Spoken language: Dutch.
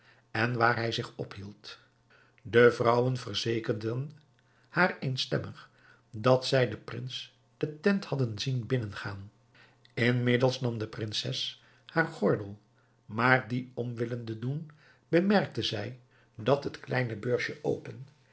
en waar hij zich ophield de vrouwen verzekerden haar eenstemmig dat zij den prins de tent hadden zien binnengaan inmiddels nam de prinses haren gordel maar dien om willende doen bemerkte zij dat het kleine beursje open